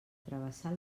travessar